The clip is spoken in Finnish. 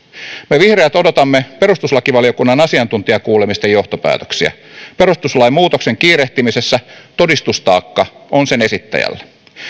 me vihreät odotamme perustuslakivaliokunnan asiantuntijakuulemisten johtopäätöksiä perustuslain muutoksen kiirehtimisessä todistustaakka on sen esittäjällä